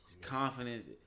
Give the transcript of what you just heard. Confidence